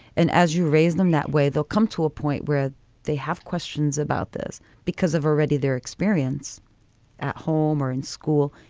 and as you raise them that way, they'll come to a point where they have questions about this because of already their experience at home or in school.